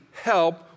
help